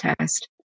test